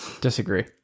Disagree